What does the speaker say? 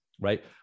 right